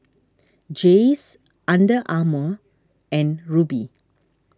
Jays Under Armour and Rubi